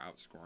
outscoring